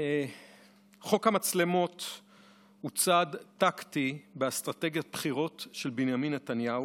חוק המצלמות הוא צעד טקטי באסטרטגיית בחירות של בנימין נתניהו,